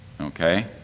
Okay